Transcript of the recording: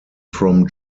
from